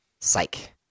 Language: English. psych